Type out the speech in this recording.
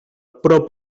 però